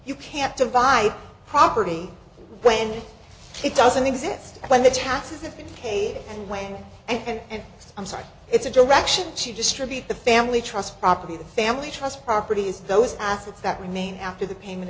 you can't to buy property when it doesn't exist when the taxes have been paid and when and i'm sorry it's a direction she distribute the family trust property the family trust properties those assets that remain after the payment